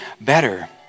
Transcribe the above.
better